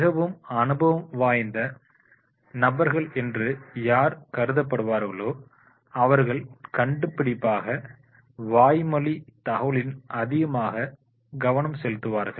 மிகவும் அனுபவம் வாய்ந்த நபர்கள் என்று யார் கருதப்படுவார்களோ அவர்கள் கண்டிப்பாக வாய்மொழி தகவல்களில் அதிகமாக கவனம் செலுத்துவார்கள்